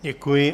Děkuji.